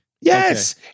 Yes